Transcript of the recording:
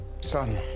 Son